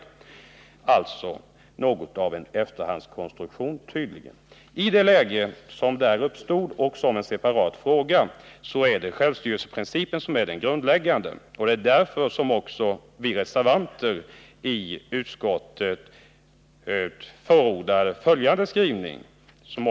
Detta är tydligen något av en efterhandskonstruktion från utskottsmajoriteten. Det är självstyrelseprincipen som är grundläggande för oss reservanter i ställningstagandet till denna fråga.